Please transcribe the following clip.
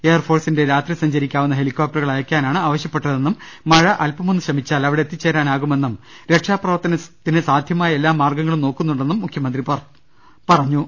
എയർഫോഴ്സിന്റെ രാത്രി സഞ്ചരിക്കാവുന്ന ഹെലികോപ്ടറുകൾ അയയ്ക്കാനാണ് ആവശ്യ പ്പെട്ടതെന്നും മഴ അല്പമൊന്ന് ശമിച്ചാൽ അവിടെ എത്തിച്ചേരാനാകുമെന്നും രക്ഷാപ്രവർത്തനത്തിന് സാധ്യമായ എല്ലാ മാർഗ്ഗങ്ങളും നോക്കുന്നുണ്ടെന്നും മുഖ്യമന്ത്രി അറിയിച്ചു